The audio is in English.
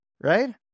right